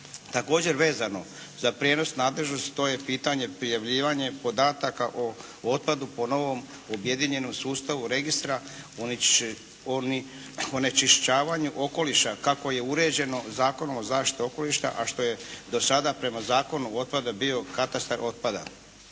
Također vezano za prijenos nadležnosti, to je pitanje prijavljivanje podataka o otpadu po novom objedinjenom sustavu registra, onečišćavanju okoliša kako je uređeno Zakonom o zaštiti okoliša a što je do sada prema Zakonu o otpadu bio katastar otpada.